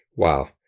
Wow